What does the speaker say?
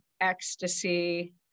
ecstasy